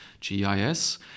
GIS